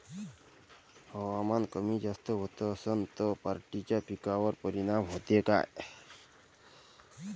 हवामान कमी जास्त होत असन त पराटीच्या पिकावर परिनाम होते का?